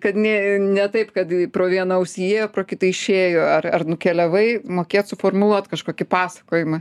kad nė ne taip kad pro vieną ausį įėjo pro kitą išėjo ar ar nukeliavai mokėt suformuluot kažkokį pasakojimą